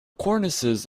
cornices